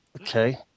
Okay